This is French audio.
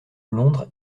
londres